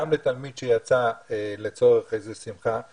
גם לתלמיד שיצא לצורך איזה שמחה?